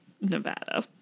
Nevada